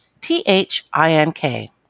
T-H-I-N-K